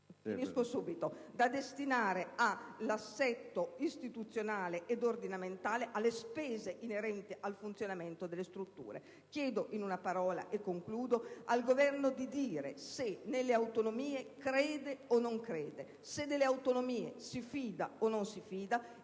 una quota da destinare all'assetto istituzionale ed ordinamentale ed alle spese inerenti al funzionamento delle strutture. Chiedo in una parola al Governo di dire se nelle autonomie crede o non crede; se delle autonomie si fida o non si fida;